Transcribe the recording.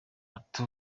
ati